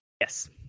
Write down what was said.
Yes